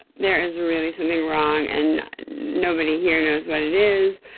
there is really something wrong and nobody here knows what it is.